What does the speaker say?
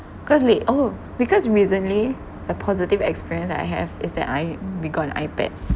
because late~ oh because recently a positive experience I have is that I we got an iPad